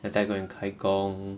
after that I go and 开工